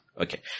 Okay